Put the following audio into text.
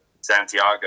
Santiago